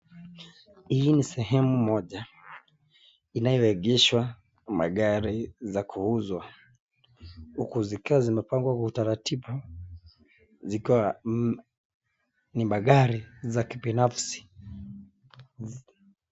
Hii ni sehemu moja inayoegezwa magari za kuuzwa huku zikiwa zimepangwa kwa utaratibu zikiwa ni magari za kibinafsi.